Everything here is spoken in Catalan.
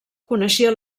coneixia